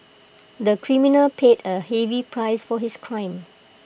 the criminal paid A heavy price for his crime